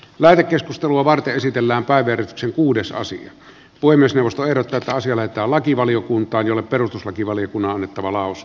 lähetekeskustelua varten esitellään kaivertksen uudessa siihen voi myös jos verotetaan sille että lakivaliokuntaan jolle perustuslakivaliokunnan olaus